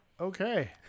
Okay